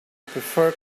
prefer